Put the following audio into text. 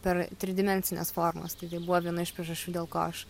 per tris dimensines formas tai buvo viena iš priežasčių dėl ko aš